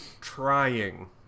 trying